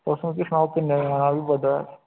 तुस मिकी सनाओ किन्ने बजे आना फ्ही बडलै